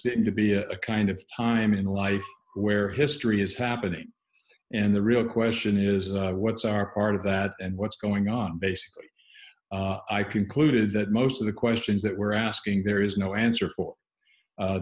this to be a kind of time in life where history is happening and the real question is what's our part of that and what's going on basically i concluded that most of the questions that we're asking there is no answer for